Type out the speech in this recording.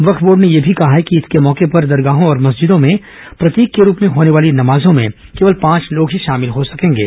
वक्फ board ने यह भी कहा है कि ईद के मौके पर दरगाहों और मस्जिदों में प्रतीक के रूप में होने वाली नमाजों में केवल पांच लोग ही शामिल हो सकेंगे